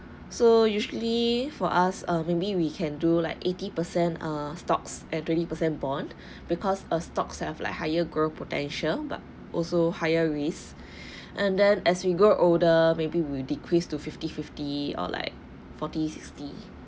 so usually for us err maybe we can do like eighty percent err stocks and twenty percent bond because a stocks have like higher growth potential but also higher risk and then as we grow older maybe we'll decrease to fifty fifty or like forty sixty